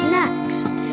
next